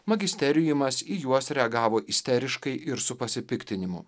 magisteriumas į juos reagavo isteriškai ir su pasipiktinimu